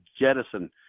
jettison